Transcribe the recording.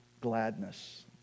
gladness